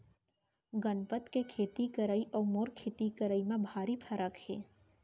गनपत के खेती करई अउ मोर खेती करई म भारी फरक हे